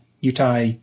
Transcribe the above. Utah